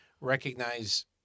recognize